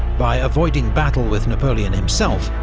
by avoiding battle with napoleon himself,